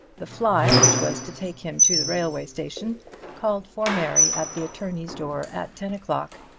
the fly which was to take him to the railway station called for mary at the attorney's door at ten o'clock,